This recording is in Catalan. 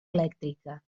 elèctrica